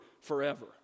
forever